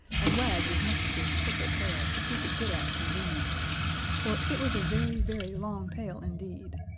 and wagged as much of his purple tail as he could get at conveniently for it was a very, very long tail indeed.